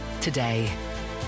today